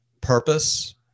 purpose